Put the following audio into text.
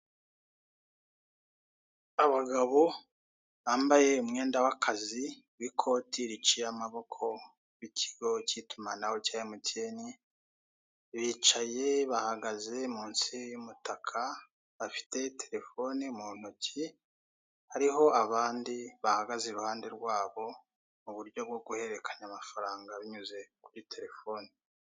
Abagabo bambaye umwenda w'akazi w'ikote riciye amaboko w'ikigo cy'itumanaho cya emutiyene, bicaye , bahagaze munsi y'umutaka bafite terefone mu ntoki, hariho abandi bahagaze iruhande rwabo mu buryo bwo guhererekanya amafaranga binyuze kuri terefone.